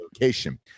location